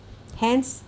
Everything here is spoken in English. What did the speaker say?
hence